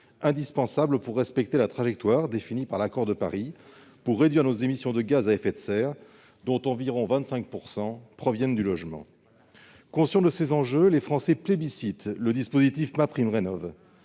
indispensable pour respecter la trajectoire définie par l'accord de Paris, pour réduire nos émissions de gaz à effet de serre, dont environ 25 % proviennent du logement. Conscients de ces enjeux, les Français plébiscitent le dispositif MaPrimeRénov'